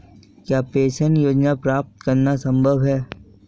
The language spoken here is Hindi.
क्या पेंशन योजना प्राप्त करना संभव है?